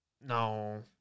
No